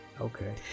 Okay